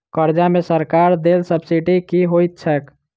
कर्जा मे सरकारक देल सब्सिडी की होइत छैक?